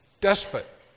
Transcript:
despot